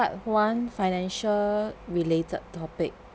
part one financial related topic